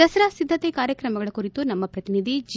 ದಸರಾ ಸಿದ್ಧತೆ ಕಾರ್ಯಕ್ರಮಗಳ ಕುರಿತು ನಮ್ಮ ಪ್ರತಿನಿಧಿ ಜಿ